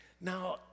Now